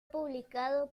publicado